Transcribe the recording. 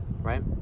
right